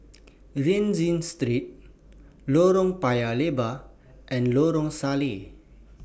Rienzi Street Lorong Paya Lebar and Lorong Salleh